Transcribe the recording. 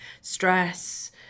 stress